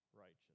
righteous